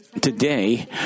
today